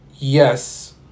Yes